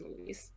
movies